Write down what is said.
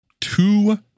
two